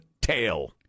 tail